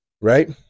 Right